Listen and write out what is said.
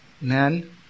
men